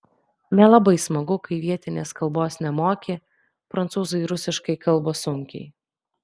nelabai smagu kai vietinės kalbos nemoki prancūzai rusiškai kalba sunkiai